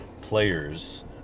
players